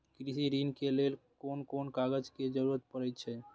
कृषि ऋण के लेल कोन कोन कागज के जरुरत परे छै?